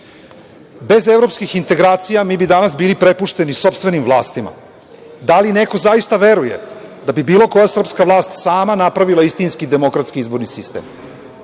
evropskih integracija mi bi danas bili prepušteni sopstvenim vlastima. Da li neko zaista veruje da bi bilo koja srpska vlast sama napravila istinski demokratski izborni sistem?